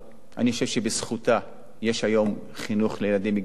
אני חושב שבזכותה יש היום חינוך לילדים מגיל שלוש,